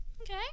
Okay